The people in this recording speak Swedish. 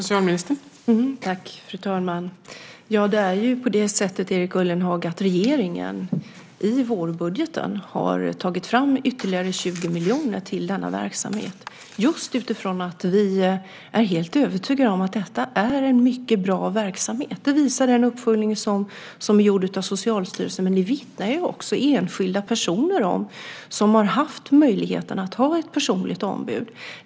Fru talman! Det är på det sättet, Erik Ullenhag, att regeringen i vårbudgeten har tagit fram ytterligare 20 miljoner till denna verksamhet, just utifrån att vi är helt övertygade om att detta är en mycket bra verksamhet. Det visar den uppföljning som är gjord av Socialstyrelsen. Men det vittnar också enskilda personer om som har haft möjligheten att ha ett personligt ombud.